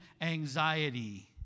anxiety